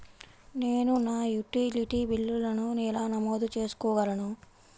నేను నా యుటిలిటీ బిల్లులను ఎలా నమోదు చేసుకోగలను?